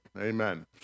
Amen